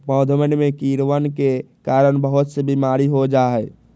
पौधवन में कीड़वन के कारण बहुत से बीमारी हो जाहई